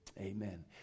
amen